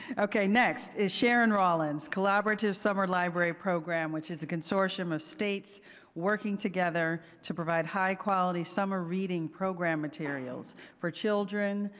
ok, next is sharon rawlins, collaborative summer library program which is a consortium of states working together to provide high quality summer reading program materials for children,